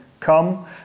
come